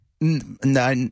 No